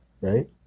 right